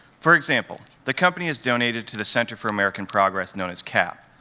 for example, the company has donated to the center for american progress, known as cap.